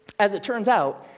as it turns out,